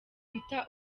peter